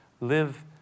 live